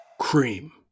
Cream